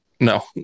No